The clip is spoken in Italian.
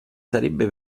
sarebbe